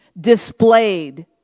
displayed